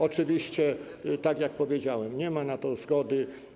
Oczywiście, tak jak powiedziałem, nie ma na to zgody.